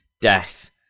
death